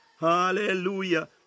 hallelujah